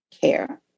care